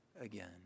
again